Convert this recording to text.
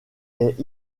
est